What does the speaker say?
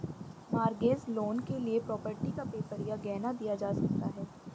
mortgage loan के लिए property का पेपर या गहना दिया जा सकता है